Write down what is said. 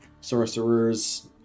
sorcerers